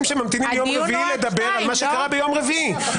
שממתינים מיום רביעי לדבר על מה שקרה ביום רביעי.